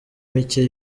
micye